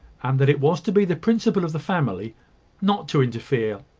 and that it was to be the principle of the family not to interfere,